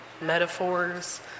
metaphors